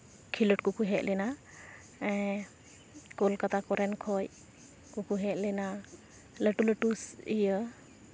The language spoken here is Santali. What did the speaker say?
ᱠᱷᱮᱞᱳᱰ ᱠᱚᱠᱚ ᱦᱮᱡ ᱞᱮᱱᱟ ᱮᱻ ᱠᱳᱞᱠᱟᱛᱟ ᱠᱚᱨᱮᱱ ᱠᱷᱚᱱ ᱩᱱᱠᱩ ᱠᱚ ᱦᱮᱡ ᱞᱮᱱᱟ ᱞᱟᱹᱴᱩ ᱞᱟᱹᱴᱩ ᱤᱭᱟᱹ